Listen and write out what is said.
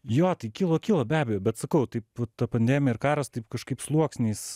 jo tai kilo kilo be abejo bet sakau taip ta pandemija ir karas taip kažkaip sluoksniais